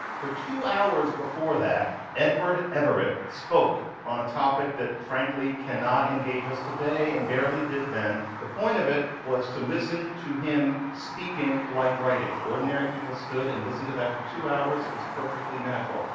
for two hours before that, edward everett spoke on a topic that, frankly, cannot engage us today and barely did then. the point of it was to listen to him speaking like writing. ordinary people stood and listened to that for two hours. it was perfectly natural.